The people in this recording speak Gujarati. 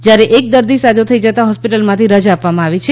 જ્યારે એક દર્દી સાજો થઈ જતા હોસ્પિટલ માથી રજા આપવામા આવી છે